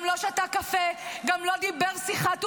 גם לא שתה קפה, גם לא דיבר שיחה.